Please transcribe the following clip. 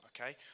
okay